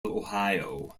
ohio